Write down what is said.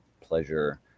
pleasure